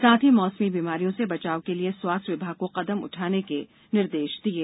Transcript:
साथ ही मौसमी बीमारियों से बचाव के लिए स्वास्थ विभाग को कदम उठाने के निर्देश दिये